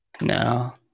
No